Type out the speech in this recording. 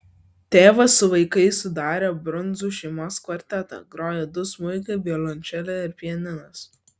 tėvas su vaikais sudarė brundzų šeimos kvartetą grojo du smuikai violončelė ir pianinas